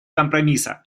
компромисса